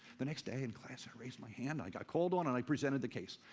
the next day in class, i raised my hand i got called on, and i presented the case.